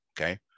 Okay